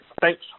Thanks